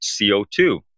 CO2